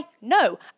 No